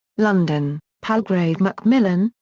london palgrave macmillan,